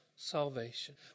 Salvation